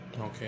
Okay